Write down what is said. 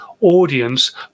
audience